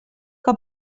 que